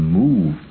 move